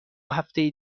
هفته